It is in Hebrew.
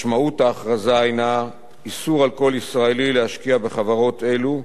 משמעות ההכרזה הינה איסור על כל ישראלי להשקיע בחברות אלה,